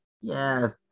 Yes